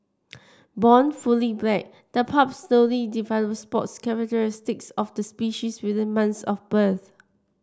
born fully black the pups slowly develop spots characteristic of the species within months of birth